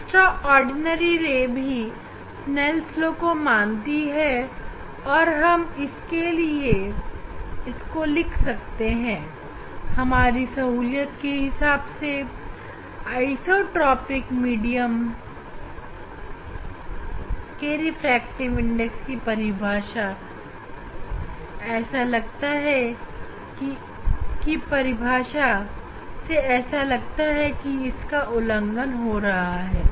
extraordinary ray भी Snell law को मानती है लेकिन अगर हम आइसोट्रॉपिक मीडियम के संदर्भ में इसे देखते हैं तो हमें ऐसा लगेगा कि जैसे यह उसका उल्लंघन हो रहा है